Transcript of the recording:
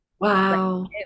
Wow